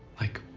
like